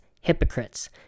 hypocrites